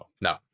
No